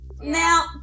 now